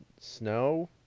Snow